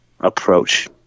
approach